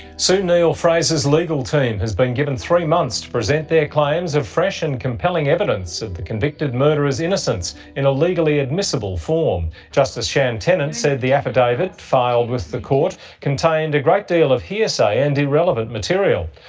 sue neill-fraser's legal team has been given three months to present their claims of fresh and compelling evidence of the convicted murderer's innocence in a legally admissible form. justice shan tennant said the affidavit filed with the court contained a great deal of hearsay and irrelevant material.